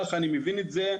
כך אני מבין את זה.